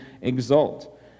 exult